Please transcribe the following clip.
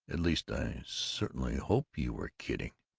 at least i certainly hope you were kidding!